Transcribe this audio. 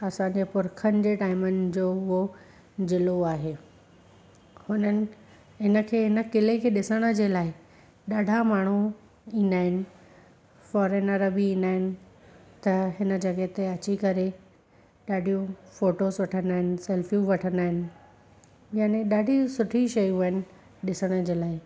असांजे पुरखन जे टाइमनि जो उहो ज़िलो आहे हुननि हिनखे हिन क़िले खे ॾिसण जे लाइ ॾाढा माण्हू ईंदा आहिनि फॉरनर बि ईंदा आहिनि त हिन जॻह ते अची करे ॾाढियूं फ़ोटोस वठंदा आहिनि सैलफियूं वठंदा आहिनि यानि ॾाढी सुठी शयूं आहिनि ॾिसण जे लाइ